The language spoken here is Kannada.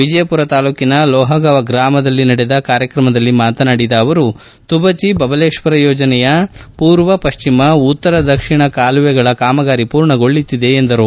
ವಿಜಯಪುರ ತಾಲೂಕಿನ ಲೋಹಗಾಂವ ಗ್ರಾಮದಲ್ಲಿ ನಡೆದ ಕಾರ್ಯಕ್ರಮದಲ್ಲಿ ಮಾತನಾಡಿದ ಅವರು ತುಬಚೆ ಬಬಲೇಶ್ವರ ಯೋಜನೆಯ ಪೂರ್ವ ಪಶ್ಚಿಮ ಉತ್ತರ ದಕ್ಷಿಣ ಕಾಲುವೆಗಳ ಕಾಮಗಾರಿ ಪೂರ್ಣಗೊಳ್ಳುತ್ತಿದೆ ಎಂದರು